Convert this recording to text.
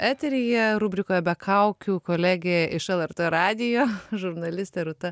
eteryje rubrikoje be kaukių kolegė iš lrt radijo žurnalistė rūta